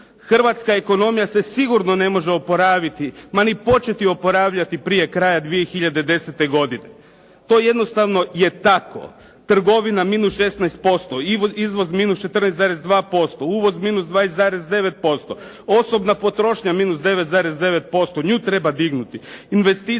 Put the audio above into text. Hrvatska ekonomija se sigurno ne može oporaviti, ma ni početi oporavljati prije kraja 2010. godine, to jednostavno je tako. Trgovina -16%, izvoz -14,2%, uvoz -20,9%, osobna potrošnja -9,9%. Nju treba dignuti.